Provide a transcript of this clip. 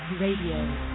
Radio